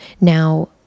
Now